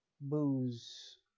booze